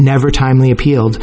never timely appeal